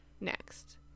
next